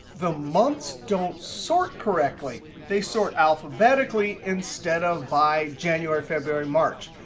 the months don't sort correctly. they sort alphabetically instead of by january, february, march.